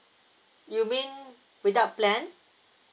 you mean without plan